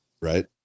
Right